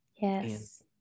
Yes